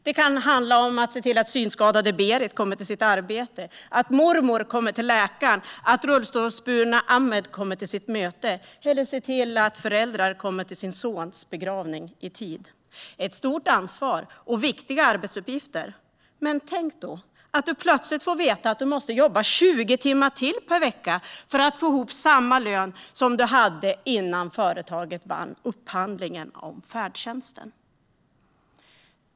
Det kan handla om att se till att synskadade Berit kommer till sitt arbete, att mormor kommer till läkaren, att rullstolsburna Ahmed kommer till sitt möte eller att föräldrar kommer till sin sons begravning i tid. Det är ett stort ansvar och viktiga arbetsuppgifter. Men tänk då att du plötsligt får veta att du måste jobba 20 timmar till per vecka för att få ihop samma lön som du hade innan företaget vann upphandlingen om färdtjänsten.